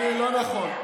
לא נכון,